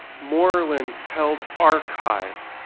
moorland held archives,